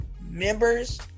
members